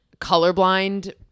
colorblind